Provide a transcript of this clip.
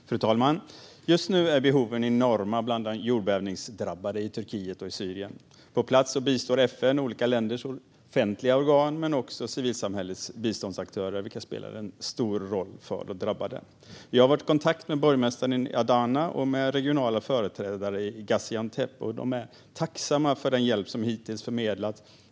Fru talman! Just nu är behoven enorma bland de jordbävningsdrabbade i Turkiet och Syrien. På plats bistår FN och olika länders offentliga organ men också civilsamhällets biståndsaktörer, vilket spelar stor roll för de drabbade. Jag har varit i kontakt med borgmästaren i Adana och med regionala företrädare i Gaziantep, och de är tacksamma för den hjälp som hittills har förmedlats.